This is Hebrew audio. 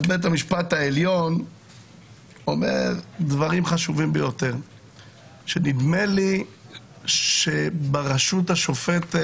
אז בית המשפט העליון אמר דברים חשובים ביותר שנדמה לי שברשות השופטת,